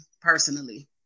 personally